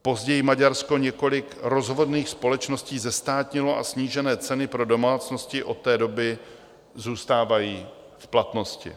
Později Maďarsko několik rozvodných společností zestátnilo a snížené ceny pro domácnosti od té doby zůstávají v platnosti.